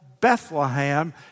Bethlehem